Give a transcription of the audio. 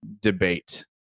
debate